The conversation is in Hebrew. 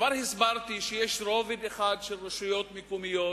כבר הסברתי שיש רובד אחד של רשויות מקומיות